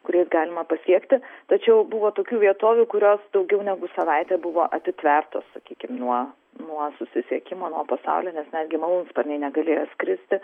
kuriais galima pasiekti tačiau buvo tokių vietovių kurios daugiau negu savaitę buvo atitvertos sakykim nuo nuo susisiekimo nuo pasaulio nes netgi malūnsparniai negalėjo skristi